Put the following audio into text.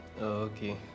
okay